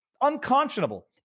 unconscionable